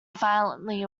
violently